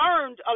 learned